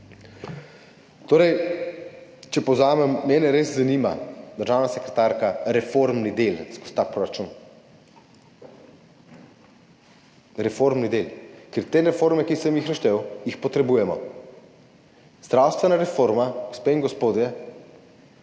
Torej, če povzamem. Mene res zanima, državna sekretarka, reformni del skozi ta proračun, ker te reforme, ki sem jih naštel, potrebujemo. Zdravstvena reforma, gospe in gospodje,